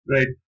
Right